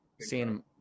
seeing